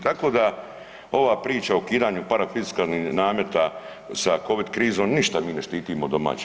Tako da ova priča o ukidanju parafiskalnih nameta sa covid krizom ništa mi ne štitimo domaće.